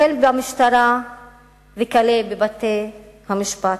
החל במשטרה וכלה בבתי-המשפט.